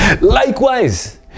Likewise